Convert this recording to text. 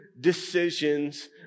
decisions